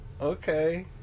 okay